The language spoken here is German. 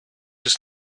ist